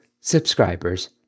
subscribers